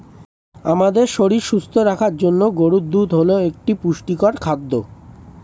আমাদের শরীর সুস্থ রাখার জন্য গরুর দুধ হল একটি পুষ্টিকর খাদ্য